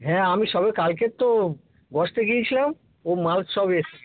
হ্যাঁ আমি সবে কালকের তো বসতে গিয়েছিলাম ও মাল সব এসছে